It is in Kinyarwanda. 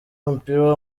w’umupira